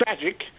tragic